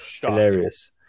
Hilarious